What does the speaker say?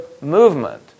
movement